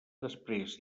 després